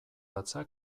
datza